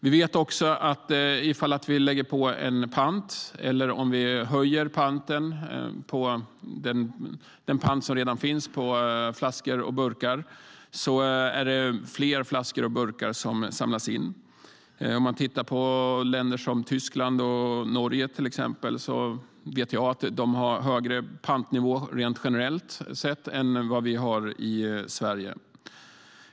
Vi vet också att om man lägger på en pant eller höjer den pant som redan finns på flaskor och burkar är det fler flaskor och burkar som samlas in. I Tyskland och Norge har man generellt högre pantnivåer än vad vi har i Sverige.